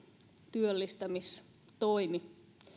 työllistämistoimi